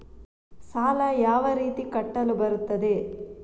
ಸಾಲ ಯಾವ ರೀತಿ ಕಟ್ಟಲು ಬರುತ್ತದೆ?